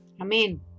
Amen